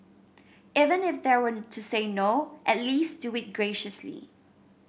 even if they were to say no at least do it graciously